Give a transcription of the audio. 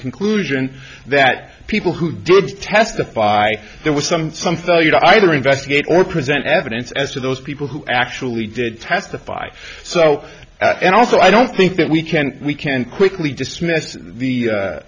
conclusion that people who did testify there was some something you'd either investigate or present evidence as to those people who actually did testify so and also i don't think that we can we can quickly dismiss the